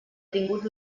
tingut